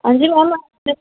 ਹਾਂਜੀ ਉਹ ਮੈਂ